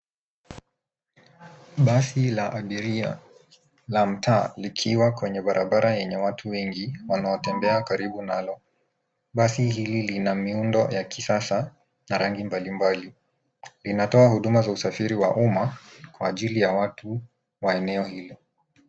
Basi la abiria la mtaa likiwa kwenye barabara yenye watu wengi wanaotembea karibu nalo. Basi hili lina miundo ya kisasa na rangi mbalimbali. Linatoa huduma za usafiri wa umma kwa ajili ya watu wa eneo hilo.